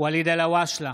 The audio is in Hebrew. ואליד אלהואשלה,